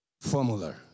formula